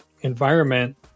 environment